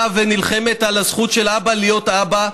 באה ונלחמת על הזכות של אבא להיות אבא,